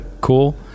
cool